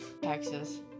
Texas